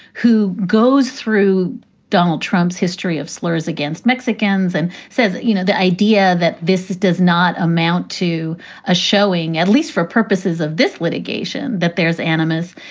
who goes through donald trump's history of slurs against mexicans and says, you know, the idea that this this does not amount to a showing, at least for purposes of this litigation, that there's animus